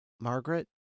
Margaret